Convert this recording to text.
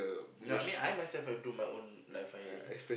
no I mean I myself I do my own live firing